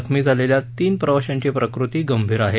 जखमी झालेल्या तीन प्रवाशांची प्रकृती गंभीर आहे